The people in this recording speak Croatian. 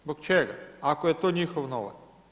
Zbog čega, ako je to njihov novac?